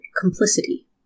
complicity